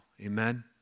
Amen